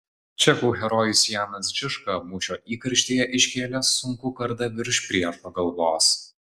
čekų herojus janas žižka mūšio įkarštyje iškėlė sunkų kardą virš priešo galvos